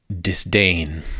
disdain